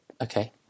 Okay